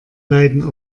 leiden